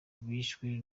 bishwe